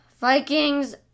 Vikings